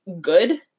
good